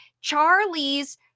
Charlie's